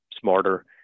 smarter